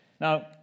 Now